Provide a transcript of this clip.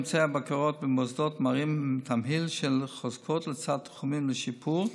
ממצאי הבקרות במוסדות מראים תמהיל של חוזקות לצד תחומים לשיפור,